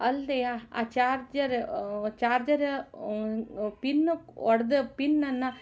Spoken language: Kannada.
ಅಲ್ದೇ ಆ ಚಾರ್ಜರ್ ಚಾರ್ಜರ್ ಪಿನ್ ಒಡೆದ ಪಿನ್ನನ್ನು